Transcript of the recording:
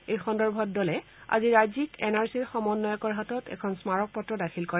এই সন্দৰ্ভত দলে আজি ৰাজ্যিক এন আৰ চিৰ সমন্বয়কৰ হাতত এখন স্মাৰকপত্ৰ দাখিল কৰে